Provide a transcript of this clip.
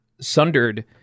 Sundered